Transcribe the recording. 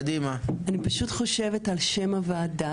אני פשוט חושבת על שם הוועדה.